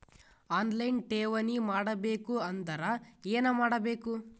On line ಠೇವಣಿ ಮಾಡಬೇಕು ಅಂದರ ಏನ ಮಾಡಬೇಕು?